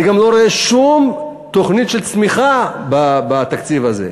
אני גם לא רואה שום תוכנית של צמיחה בתקציב הזה,